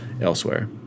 elsewhere